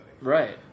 right